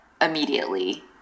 immediately